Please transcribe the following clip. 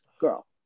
girl